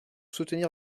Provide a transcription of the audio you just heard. soutenir